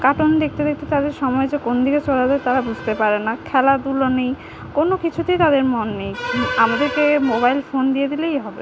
cartoon দেখতে দেখতে তাদের সময় যে কোন দিকে চলে যায় তারা বুঝতে পারে না খেলাধুলো নেই কোনো কিছুতেই তাদের মন নেই আমাদেরকে মোবাইল ফোন দিয়ে দিলেই হবে